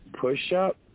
push-up